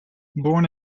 born